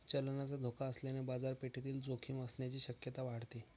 चलनाचा धोका असल्याने बाजारपेठेतील जोखीम असण्याची शक्यता वाढते